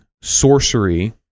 sorcery